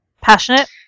passionate